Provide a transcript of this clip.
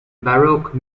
baroque